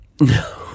no